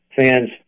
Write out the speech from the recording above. fans